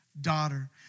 daughter